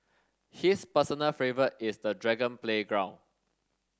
his personal favourite is the dragon playground